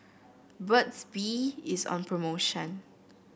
Burt's Bee is on promotion